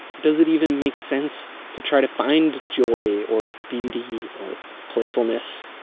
does it even make sense to try to find joy or beauty or playfulness,